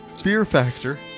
Fear-factor